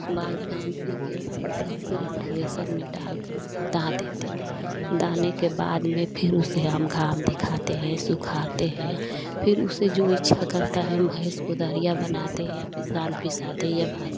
बाल बाँधने के बाद उसे फ़िर हम थ्रेसर में डालकर उसे डाल देते हैं दाने के बाद में फ़िर उसे हम घाम दिखाते हैं सुखाते है फ़िर उसे जो इच्छा करता है हम भैंस को दरिया बनाते या किसान पिसा दे या बाहर